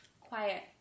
quiet